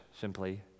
simply